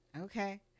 Okay